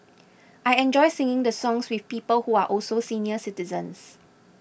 I enjoy singing the songs with people who are also senior citizens